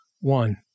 one